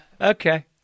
Okay